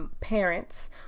parents